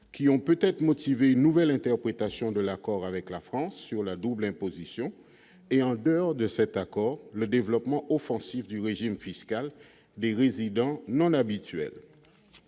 qui ont peut-être motivé une nouvelle interprétation de l'accord avec la France sur la double imposition et en dehors de cet accord, le développement offensif du régime fiscal des résidents non habituel,